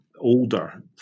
older